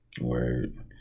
Word